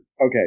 Okay